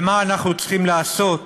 ומה אנחנו צריכים לעשות